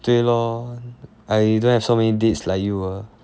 对 lor I don't have so many dates like you uh